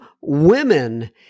women